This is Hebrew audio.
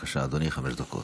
בבקשה, חמש דקות.